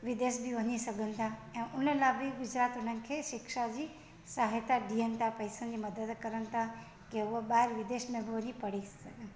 विदेश बि वञी सघनि था ऐं उन्हनि लाइ बि गुजरात उन्हनि खे शिक्षा जी सहायता ॾियनि था पैसनि जी मदद कनि था की हूअ ॿाहिरि विदेश में बि वञी पढ़ी सघनि